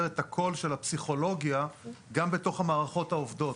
את הקול של הפסיכולוגיה גם בתוך המערכות העובדות.